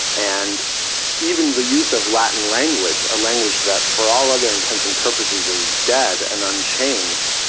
and even the use of latin language, a language that for all other intents and purposes is dead and unchanged,